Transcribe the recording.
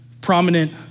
prominent